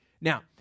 Now